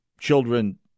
children